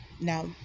Now